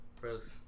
Gross